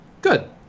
good